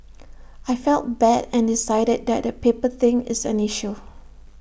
I felt bad and decided that the paper thing is an issue